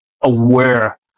aware